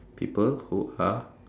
people who are